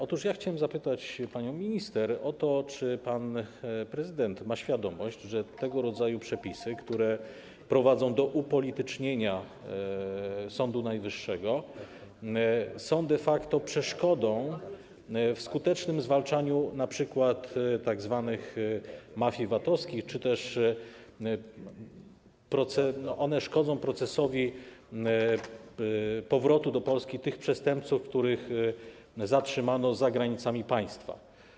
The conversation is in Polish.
Otóż chciałem zapytać panią minister o to, czy pan prezydent ma świadomość, że tego rodzaju przepisy, które prowadzą do upolitycznienia Sądu Najwyższego, są de facto przeszkodą w skutecznym zwalczaniu np. tzw. mafii VAT-owskich czy też szkodzą procesowi powrotu do Polski tych przestępców, których zatrzymano za granicami państwa.